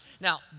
Now